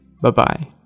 Bye-bye